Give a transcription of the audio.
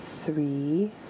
Three